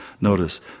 notice